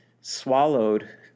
swallowed